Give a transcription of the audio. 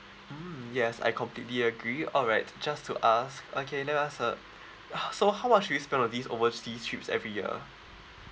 mm yes I completely agree alright just to ask okay let us uh so how much do you spend on these overseas trips every year